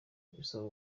bisaba